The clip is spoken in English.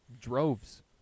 droves